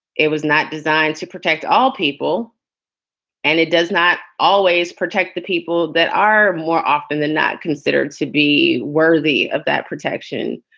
it was not designed to protect all people and it does not always protect the people that are more often than not considered to be worthy of protection.